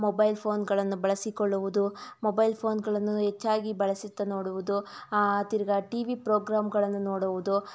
mobile ಫೋನ್ಗಳನ್ನು ಬಳಸಿಕೊಳ್ಳುವುದು mobile ಫೋನ್ಗಳನ್ನು ಹೆಚ್ಚಾಗಿ ಬಳಸುತ್ತ ನೋಡುವುದು ತಿರ್ಗ ಟಿ ವಿ ಪ್ರೋಗ್ರಾಮ್ಗಳನ್ನು ನೋಡುವುದು